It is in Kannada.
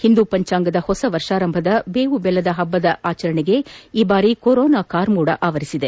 ಹಿಂದೂ ಪಂಚಾಂಗದ ಹೊಸ ವರ್ಷಾರಂಭದ ಬೇವು ಬೆಲ್ಲದ ಪಬ್ಲದ ಆಚರಣೆಗೆ ಈ ಬಾರಿ ಕೊರೋನಾ ಕಾರ್ಮೋಡ ಆವರಿಸಿದೆ